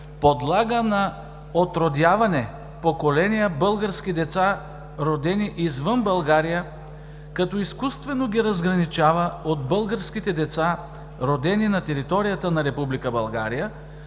подлага на отродяване поколения български деца, родени извън България, като изкуствено ги разграничава от българските деца, родени на територията на Република